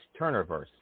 Turnerverse